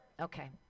Okay